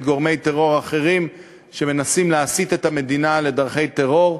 גורמי טרור אחרים שמנסים להסית את המדינה לדרכי טרור,